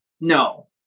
no